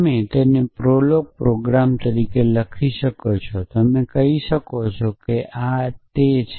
તમે તેને Prolog program તરીકે લખી શકો છો તમે કહી શકો કે આ તે છે